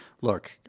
look